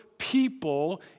people